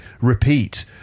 repeat